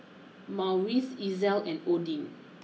Maurice Ezell and Odin